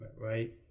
right